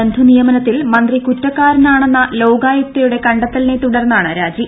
ബന്ധുനിയമനത്തിൽ മന്ത്രി കുറ്റക്കാരനാണെന്ന ലോകായുക്തയുടെ കണ്ടെത്തലിനെ തുടർന്നാണ് രാജി